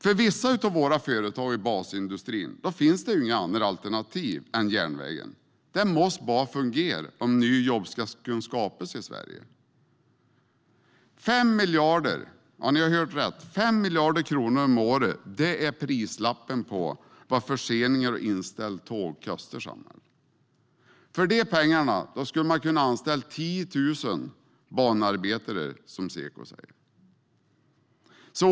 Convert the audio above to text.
För vissa av våra företag i basindustrin finns det inga andra alternativ än järnvägen. Den måste bara fungera om nya jobb ska kunna skapas i Sverige. 5 miljarder kronor om året - ja, ni hörde rätt - är prislappen när det gäller vad förseningar och inställda tåg kostar samhället. För de pengarna skulle man kunna anställa 10 000 banarbetare, säger Seko.